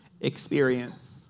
experience